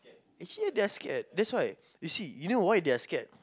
actually they're scared that's why you see you know why they're scared